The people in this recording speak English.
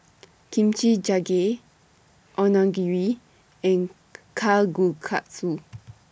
Kimchi Jjigae Onigiri and Kalguksu